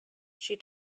she